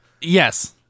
Yes